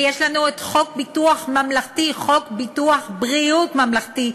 ויש לנו חוק ביטוח בריאות ממלכתי,